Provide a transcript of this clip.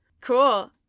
cool